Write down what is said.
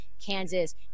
Kansas